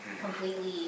completely